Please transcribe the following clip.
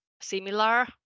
Similar